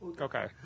Okay